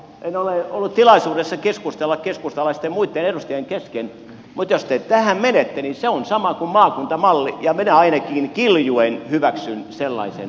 en ole ollut tilaisuudessa keskustella muitten keskustalaisten edustajien kesken mutta jos te tähän menette niin se on sama kuin maakuntamalli ja minä ainakin kiljuen hyväksyn sellaisen vaihtoehdon